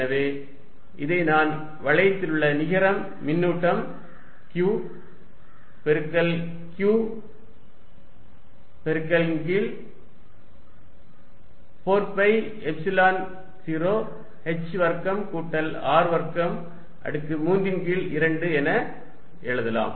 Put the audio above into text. எனவே இதை நான் வளையத்திலுள்ள நிகர மின்னூட்டம் Q பெருக்கல் q பெருக்கல் ன் கீழ் 4 பை எப்சிலன் 0 h வர்க்கம் கூட்டல் R வர்க்கம் அடுக்கு 3 ன் கீழ் 2 என எழுதலாம்